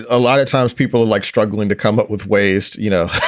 a lot of times people who like struggling to come up with ways, you know,